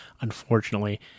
unfortunately